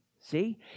see